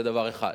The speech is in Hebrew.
זה דבר אחד.